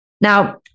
Now